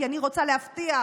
כי אני רוצה להבטיח